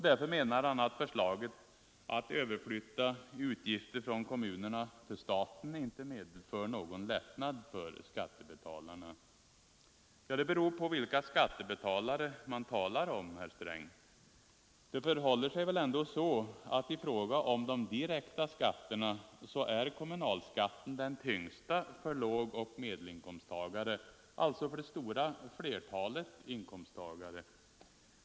Därför menar han att förslaget att överflytta utgifter från kommunerna till staten inte medför någon lättnad för skattebetalarna. Ja, det beror på vilka skattebetalare man talar om, herr Sträng. Det förhåller sig ändå så, att av de direkta skatterna är kommunalskatten den tyngsta för lågoch medelinkomsttagare, alltså för det stora flertalet inkomsttagare.